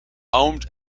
owned